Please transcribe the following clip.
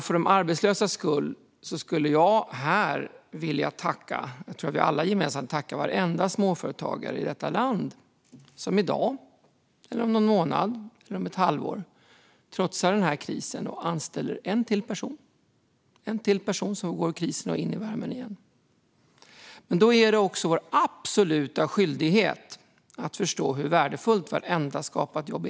För de arbetslösas skull skulle jag och säkert alla andra här gemensamt vilja tacka varenda småföretagare i detta land som i dag, om någon månad eller om ett halvår trotsar krisen och anställer ytterligare en person. Det blir en person som får gå ut ur krisen och in i värmen igen. Det är då vår absoluta skyldighet att förstå hur värdefullt vartenda skapat jobb är.